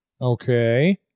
Okay